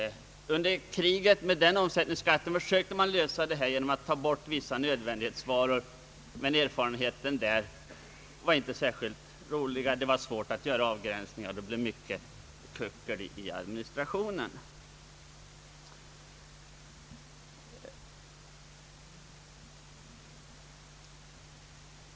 För omsättningsskatt under kriget försökte man lösa detta problem genom att undanta vissa nödvändighetsvaror, men erfarenheterna av detta var inte särskilt goda. Det var svårt att göra avgränsningar, och det blev mycket trassel i administrationen.